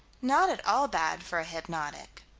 not at all bad for a hypnotic.